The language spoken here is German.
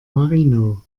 marino